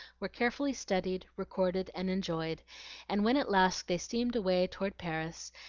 were carefully studied, recorded, and enjoyed and when at last they steamed away toward paris,